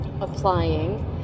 applying